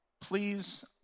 Please